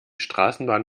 straßenbahn